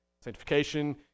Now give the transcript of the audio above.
Sanctification